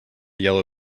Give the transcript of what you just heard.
yellow